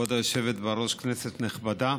כבוד היושבת בראש, כנסת נכבדה,